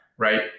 Right